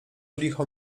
licho